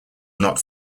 not